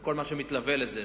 וכל מה שמתלווה לזה,